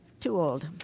too old.